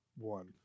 one